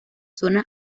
zona